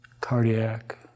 cardiac